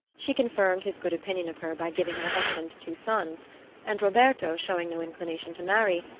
she confirmed his good opinion of her by giving her husband two sons and roberto showing no inclination to marry,